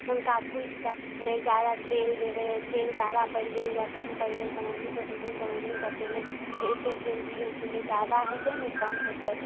हुनका भूजिके नहि जादा तेल देबै तेल जादा पड़ि गेल या कम पड़ि गेल तऽ मम्मीसँ पूछलहुँ तऽ मम्मी बतेलनि कि एते तेल दियौ कि नहि जादा होयतै नहि कम होयतै